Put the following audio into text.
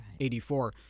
84